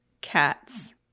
cats